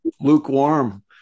lukewarm